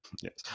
Yes